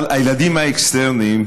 אבל הילדים האקסטרניים,